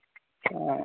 ᱦᱮᱸ